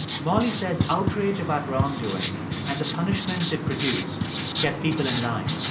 molly says outrage about wrongdoing and the punishments it produced kept people in line.